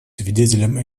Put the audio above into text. свидетелем